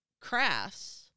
crafts